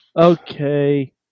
Okay